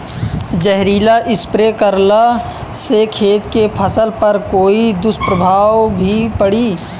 जहरीला स्प्रे करला से खेत के फसल पर कोई दुष्प्रभाव भी पड़ी?